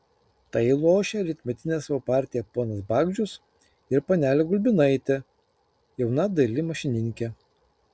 tai lošia rytmetinę savo partiją ponas bagdžius ir panelė gulbinaitė jauna daili mašininkė